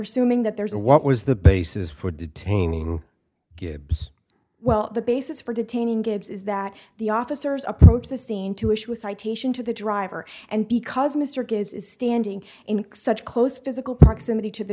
are suing that there is a what was the basis for detaining well the basis for detaining gibbs is that the officers approach the scene to issue a citation to the driver and because mr gates is standing in such close physical proximity to the